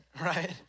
right